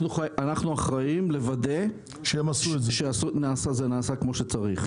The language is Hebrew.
אנחנו אחראים לוודא שזה נעשה כמו שצריך.